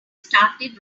started